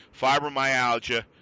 Fibromyalgia